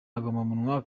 agahomamunwa